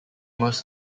most